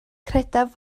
credaf